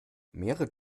mehrere